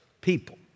people